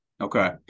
Okay